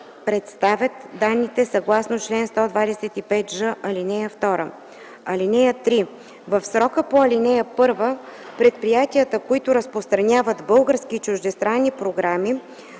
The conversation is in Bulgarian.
представят данните съгласно чл. 125ж, ал. 2. (3) В срока по ал. 1 предприятията, които разпространяват български и чуждестранни програми,